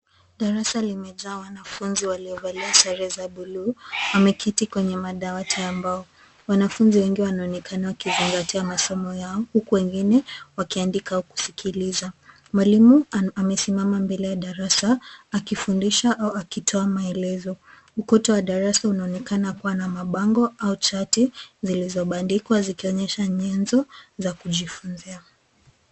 Darasa limejaa wanafunzi waliovalia sare za bluu wameketi kwenye madawati ya mbao. Wanafunzi wengi wanaonekana wakizingatia masomo yao huku wengine wakiandika au kusikiliza. Mwalimu amesimama mbele ya darasa akifundisha au akitoa maelezo. Ukuta wa darasa unaonekana kuwa na mabango au chati zilizobandikwa zikionyesha nyenzo za kujifunzia.